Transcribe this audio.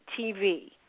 TV